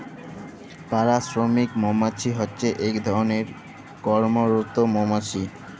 পাড়া শ্রমিক মমাছি হছে ইক ধরলের কম্মরত মমাছি